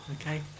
Okay